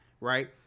right